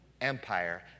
empire